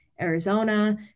Arizona